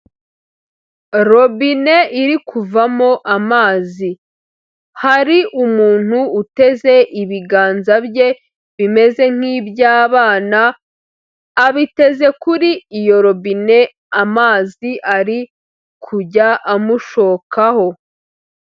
Robine iri kuvamo amazi, hari umuntu uteze ibiganza bye bimeze nk'iby'abana, abiteze kuri iyo robine, amazi ari kujya amushokaho.